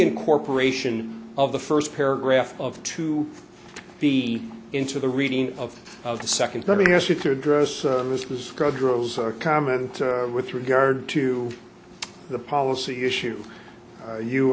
incorporation of the first paragraph of to be into the reading of the second let me ask you to address this was a comment with regard to the policy issue you